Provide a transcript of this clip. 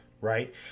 right